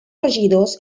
regidors